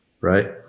right